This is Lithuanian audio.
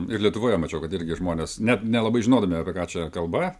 ir lietuvoje mačiau kad irgi žmonės net nelabai žinodami apie ką čia kalba